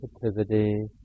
sensitivity